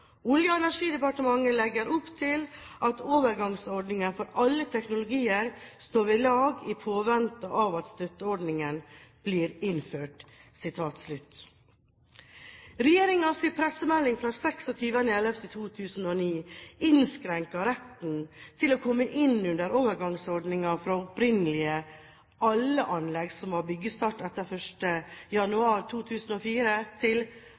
Olje- og energidepartementet legger opp til at overgangsordningen for alle teknologier står ved lag i påvente av at støtteordningen blir innført.» Regjeringens pressemelding av 26. november 2009 innskrenker retten til å komme innunder overgangsordningen fra opprinnelig «alle anlegg som har byggestart etter 1. januar 2004» til